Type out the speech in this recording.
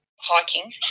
hiking